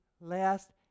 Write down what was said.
last